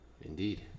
Indeed